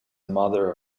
mother